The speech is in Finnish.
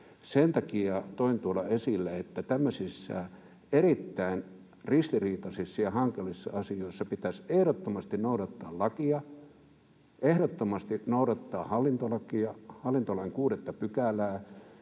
Sen takia toin tuolla esille, että tämmöisissä erittäin ristiriitaisissa ja hankalissa asioissa pitäisi ehdottomasti noudattaa lakia, ehdottomasti noudattaa hallintolakia, hallintolain 6 §:ää,